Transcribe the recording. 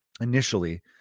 initially